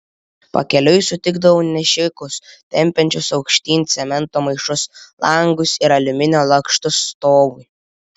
pakeliui sutikdavau nešikus tempiančius aukštyn cemento maišus langus ir aliuminio lakštus stogui